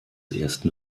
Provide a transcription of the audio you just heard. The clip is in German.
ersten